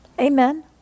Amen